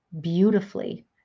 beautifully